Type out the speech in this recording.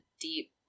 deep